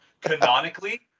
Canonically